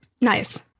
Nice